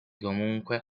comunque